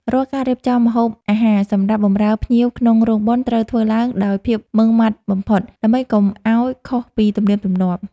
រាល់ការរៀបចំម្ហូបអាហារសម្រាប់បម្រើភ្ញៀវក្នុងរោងបុណ្យត្រូវធ្វើឡើងដោយភាពម៉ឺងម៉ាត់បំផុត ដើម្បីកុំឱ្យខុសពីទំនៀមទម្លាប់។